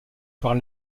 par